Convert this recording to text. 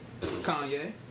Kanye